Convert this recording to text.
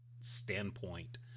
standpoint